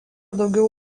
daugiau